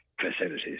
facilities